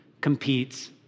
competes